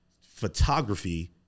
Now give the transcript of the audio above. photography